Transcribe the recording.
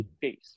face